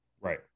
Right